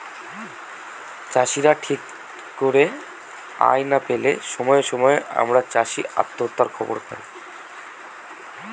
চাষীরা ঠিক করে আয় না পেলে সময়ে সময়ে আমরা চাষী আত্মহত্যার খবর পায়